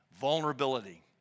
Vulnerability